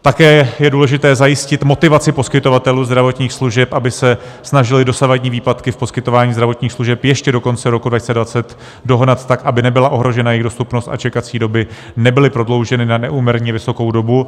Také je důležité zajistit motivaci poskytovatelů zdravotních služeb, aby se snažili dosavadní výpadky v poskytování zdravotních služeb ještě do konce roku 2020 dohnat tak, aby nebyla ohrožena jejich dostupnost a čekací doby nebyly prodlouženy na neúměrně vysokou dobu.